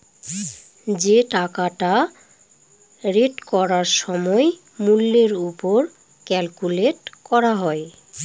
যে টাকাটা রেট করার সময় মূল্যের ওপর ক্যালকুলেট করা হয়